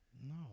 No